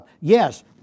Yes